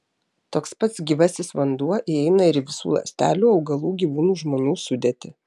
toks pats gyvasis vanduo įeina ir į visų ląstelių augalų gyvūnų žmonių sudėtį